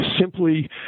simply